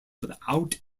without